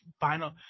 final –